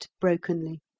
brokenly